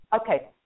Okay